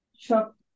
shop